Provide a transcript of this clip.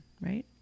right